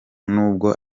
nubwo